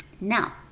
Now